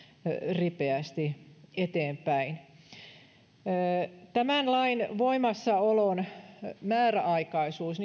ripeästi eteenpäin on ajateltu että tämän lain voimassaolon määräaikaisuus